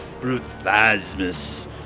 Bruthasmus